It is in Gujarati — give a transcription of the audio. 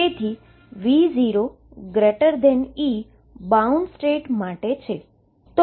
તેથી V0E બાઉન્ડ સ્ટેટ માટે છે